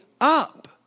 up